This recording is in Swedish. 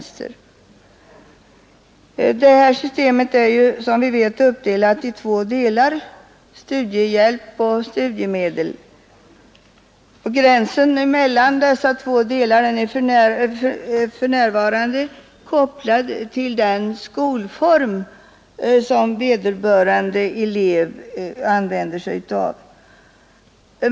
Systemet är som vi vet uppdelat i två delar, studiehjälp och studiemedel. Gränsen mellan dessa två delar är för närvarande kopplad till den skolform som vederbörande elev använder sig av.